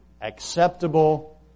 acceptable